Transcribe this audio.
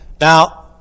Now